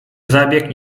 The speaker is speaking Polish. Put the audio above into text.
zabieg